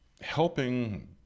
helping